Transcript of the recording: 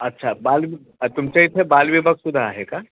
अच्छा बालवि तुमच्या इथे बालविभागसुद्धा आहे का